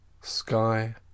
sky